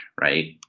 right